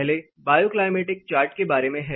पहले bioclimatic chart के बारे में है